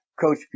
Coach